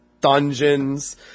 dungeons